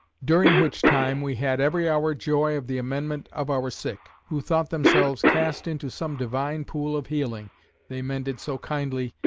during which time, we had every hour joy of the amendment of our sick who thought themselves cast into some divine pool of healing they mended so kindly,